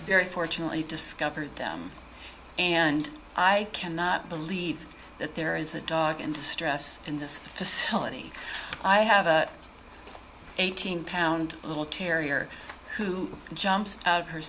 very fortunately discovered them and i cannot believe that there is a dog in distress in this facility i have an eighteen pound little terrier who jumps out